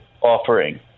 offering